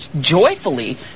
joyfully